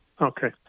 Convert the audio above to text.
Okay